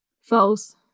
False